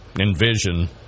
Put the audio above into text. envision